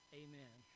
amen